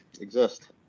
exist